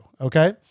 Okay